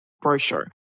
brochure